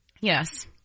Yes